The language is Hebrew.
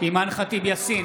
אימאן ח'טיב יאסין,